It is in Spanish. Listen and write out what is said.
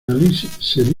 listan